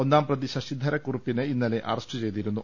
ഒന്നാം പ്രതി ശശിധരക്കു റുപ്പിനെ ഇന്നലെ അറസ്റ്റ് ചെയ്തിരുന്നു